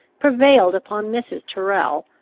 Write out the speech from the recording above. prevailed upon mrs. tyrrel,